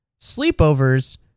Sleepovers